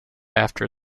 after